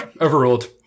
Overruled